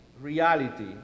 reality